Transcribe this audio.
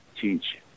teach